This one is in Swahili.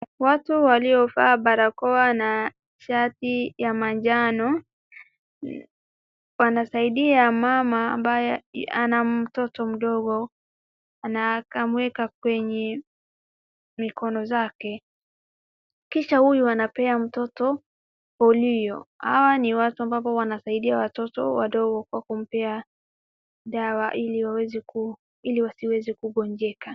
Watu waliovaa barakoa na shati ya manjano. Wanasaidia mama ambaye ana mtot mdogo na akamueka kwenye mikono zake .Kisha uyu anampea mtot polio .Ni watu ambapo wanawasaidia watoto wadogo kwa kuwapea dawa ili wasiweze kugonjeka .